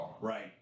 Right